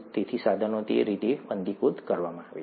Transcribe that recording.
તેથી સાધનોને તે રીતે વંધ્યીકૃત કરવામાં આવે છે